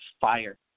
fire